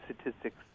statistics